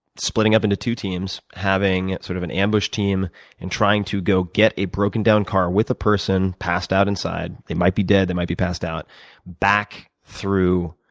splitting up into two teams, having sort of an ambush team and trying to go get a broken down car with a person passed out inside they might be dead, they might be passed out back through